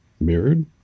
mirrored